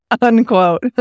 unquote